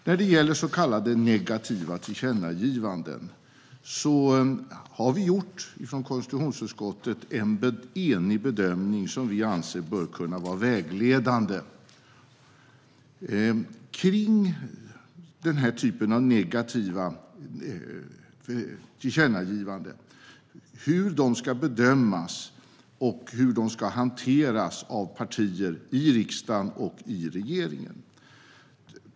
När det gäller så kallade negativa tillkännagivanden har vi i konstitutionsutskottet gjort en enig bedömning som vi anser bör kunna vara vägledande för hur negativa tillkännagivanden ska bedömas och hur de ska hanteras av partier i riksdagen och i regeringen.